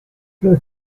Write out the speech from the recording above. los